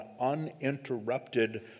uninterrupted